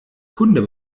kunde